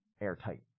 airtight